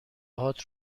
هات